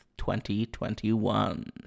2021